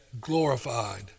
glorified